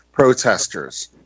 protesters